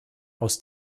aus